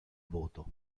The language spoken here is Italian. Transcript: voto